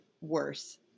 worse